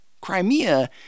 Crimea